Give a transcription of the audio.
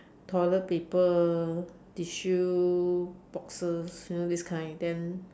toilet paper tissue boxes you know this kind then